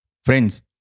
Friends